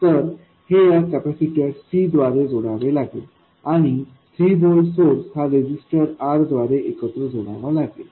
तर हे या कपॅसिटर C द्वारे जोडावे लागेल आणि 3 व्होल्ट सोर्स हा रेझिस्टर R द्वारे एकत्र जोडावा लागेल